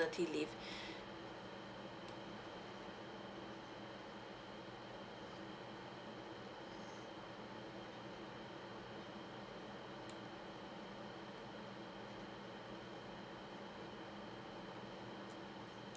maternity leave